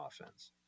offense